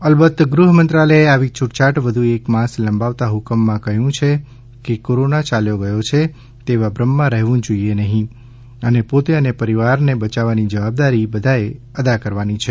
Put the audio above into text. અલબત ગૃહ મંત્રાલયે આવી છૂટછાટ વધુ એક માસ લંબાવતા હુકમમાં કહ્યું છે કે કોરોના યાલ્યો ગયો છે તેવા ભ્રમમાં કોઈએ રહેવું નહીં અને પોતે અને પરિવારને બયાવવાની જવાબદારી બધાએ અદા કરવાની છે